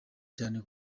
cyane